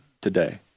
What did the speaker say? today